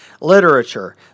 literature